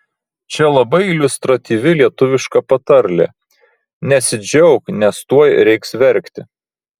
čia labai iliustratyvi lietuviška patarlė nesidžiauk nes tuoj reiks verkti